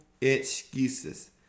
excuses